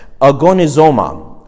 agonizoma